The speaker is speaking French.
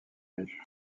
riche